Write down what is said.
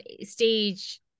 stage